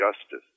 justice